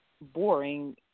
boring